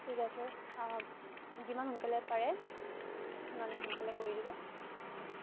ঠিক আছে যিমান সোনকালে পাৰে সিমান সোনকালে কৰি দিব থ্যেংক ইউ